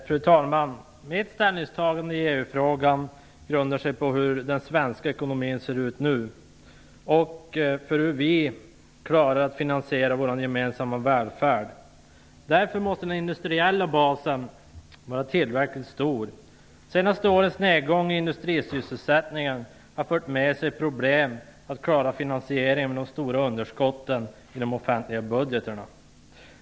Fru talman! Mitt ställningstagande i EU-frågan grundar sig på hur den svenska ekonomin ser ut nu och hur vi klarar att finansiera vår gemensamma välfärd. Därför måste den industriella basen vara tillräckligt stor. Senaste årens nedgång i industrisysselsättningen har fört med sig problem att klara finansieringen med de stora underskotten i de offentliga budgeterna.